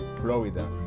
Florida